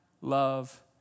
love